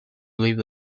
leave